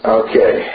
okay